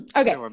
okay